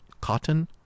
cotton